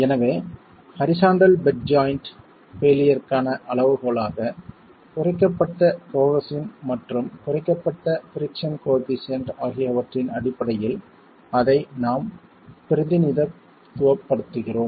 எனவே horizontal bed joint பெயிலியர்க்கான அளவுகோலாக குறைக்கப்பட்ட கோஹெஸின் மற்றும் குறைக்கப்பட்ட பிரிக்ஸன் கோயெபிசியன்ட் ஆகியவற்றின் அடிப்படையில் அதை நாம் பிரதிநிதித்துவப்படுத்துகிறோம்